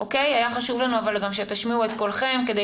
אבל היה גם חשוב שתשמיעו את קולכם כדי